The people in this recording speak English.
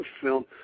film